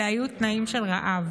אלה היו תנאים של רעב.